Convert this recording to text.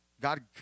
God